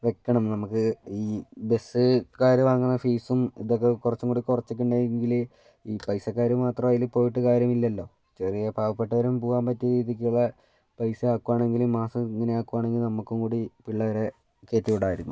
വയ്ക്കണം നമുക്ക് ഈ ബസ്സുകാർ വാങ്ങുന്ന ഫീസും ഇതൊക്കെ കുറച്ചും കൂടി കുറച്ചിട്ടുണ്ടെങ്കിൽ ഈ പൈസക്കാർ മാത്രം അതിൽ പോയിട്ട് കാര്യമില്ലല്ലോ ചെറിയ പാവപ്പെട്ടവരും പോവാൻ പറ്റിയ രീതിക്കുള്ള പൈസ ആക്കുകയാണെങ്കിലും മാസം ഇങ്ങനെ ആക്കുകയാണെങ്കിൽ നമുക്കും കൂടി പിള്ളേരെ കയറ്റി വിടമായിരുന്നു